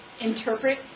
Interpret